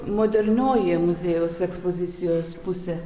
modernioji muziejaus ekspozicijos pusė